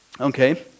okay